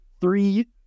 three